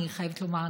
אני חייבת לומר,